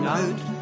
out